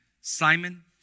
simon